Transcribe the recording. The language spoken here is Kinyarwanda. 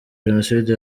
jenoside